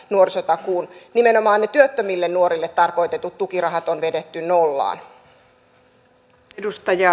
nuorisotakuun nimenomaan työttömille nuorille tarkoitetut tukirahat on niistä avoimesti kertoa